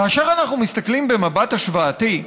כאשר אנחנו מסתכלים במבט השוואתי,